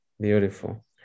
Beautiful